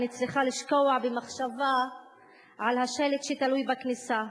אני צריכה לשקוע במחשבה על השלט שתלוי בכניסה: